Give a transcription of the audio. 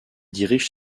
dirige